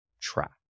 track